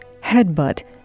headbutt